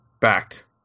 backed